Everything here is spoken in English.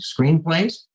screenplays